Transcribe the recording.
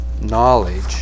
knowledge